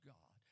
God